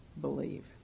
believe